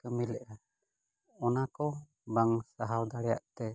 ᱠᱟᱹᱢᱤ ᱞᱮᱫᱟ ᱚᱱᱟ ᱠᱚ ᱵᱟᱝ ᱥᱟᱦᱟᱣ ᱫᱟᱲᱮᱭᱟᱜᱼᱛᱮ